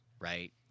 Right